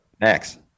Next